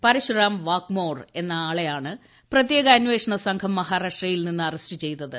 പരശുറാം വാഗ്മോർ എന്ന ആളെയാണ് പ്രത്യേക അന്വേഷണ സംഘം മഹാരാഷ്ട്രയിൽ നിന്ന് അറസ്റ്റ് ചെയ്തത്